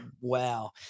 wow